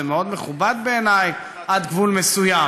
זה מאוד מכובד בעיניי, עד גבול מסוים,